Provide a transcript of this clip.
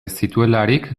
zituelarik